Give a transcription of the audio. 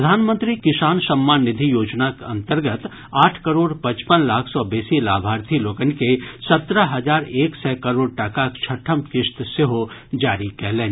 प्रधानमंत्री किसान सम्मान निधि योजना के अंतर्गत आठ करोड़ पचपन लाख सँ बेसी लाभार्थी लोकनि के सत्रह हजार एक सय करोड़ टाकाक छठम किस्त सेहो जारी कयलनि